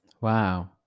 Wow